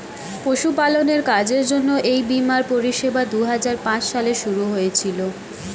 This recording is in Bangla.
পশুপালনের কাজের জন্য এই বীমার পরিষেবা দুহাজার পাঁচ সালে শুরু হয়েছিল